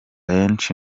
henshi